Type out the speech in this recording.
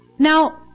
Now